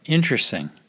Interesting